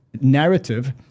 narrative